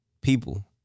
people